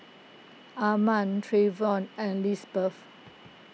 Armand Trevion and Lisbeth